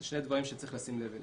אלו שני דברים שצריך לשים לב אליהם.